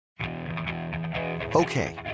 Okay